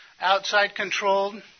outside-controlled